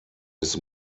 his